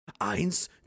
Eins